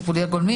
זה?